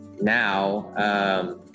now